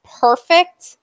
perfect